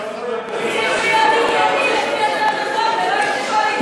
צריך להיות ענייני לפי הצעת החוק ולא לפי קואליציה,